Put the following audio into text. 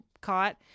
caught